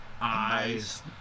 eyes